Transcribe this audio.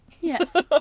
yes